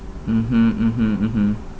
mmhmm mmhmm mmhmm